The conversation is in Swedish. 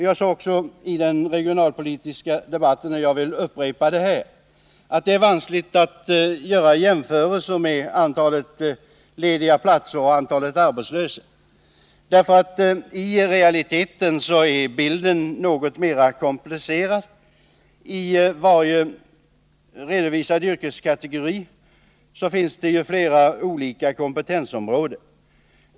Vid det tillfället sade jag också — och jag vill gärna upprepa det här — att det är vanskligt att göra jämförelser mellan antalet lediga platser och antalet arbetslösa. I realiteten är nämligen bilden något mer komplicerad. Inom varje redovisad yrkeskategori finns det ju flera olika kompetensområden.